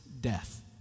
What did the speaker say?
death